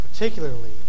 Particularly